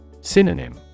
Synonym